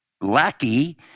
lackey